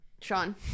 Sean